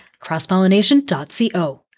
crosspollination.co